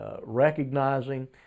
recognizing